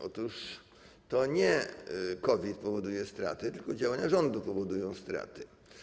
Otóż to nie COVID powoduje straty, tylko działania rządu powodują straty.